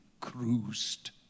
cruised